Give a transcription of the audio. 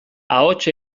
ahots